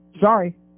Sorry